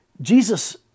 Jesus